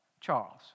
Charles